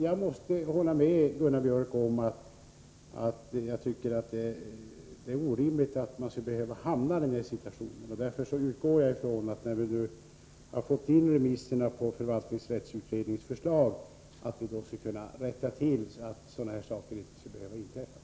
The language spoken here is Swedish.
Jag måste hålla med Gunnar Biörck om att det är orimligt att man skall behöva hamna i en sådan situation. Jag utgår från att vi när vi fått in remissyttrandena över förvaltningsrättsutredningens förslag skall kunna rätta till rutinerna, så att sådana här felaktigheter inte skall behöva inträffa.